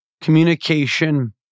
communication